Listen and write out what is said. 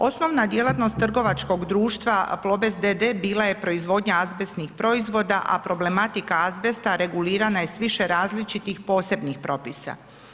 Osnovna djelatnost trgovačkog društva Plobest d.d. bila je proizvodnja azbestnih proizvoda, a problematika azbesta regulirana je s više različitih posebnih propisa.